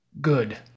Good